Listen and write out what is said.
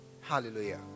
Hallelujah